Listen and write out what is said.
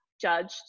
judged